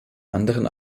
anderen